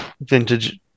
vintage